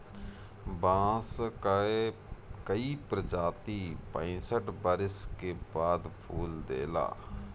बांस कअ कई प्रजाति पैंसठ बरिस के बाद फूल देला